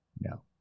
No